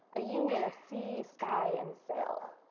a union of sea, sky, and sail.